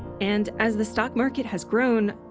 and as the stock market has grown,